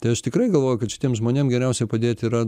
tai aš tikrai galvoju kad šitiem žmonėm geriausiai padėt yra